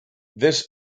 this